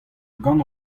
gant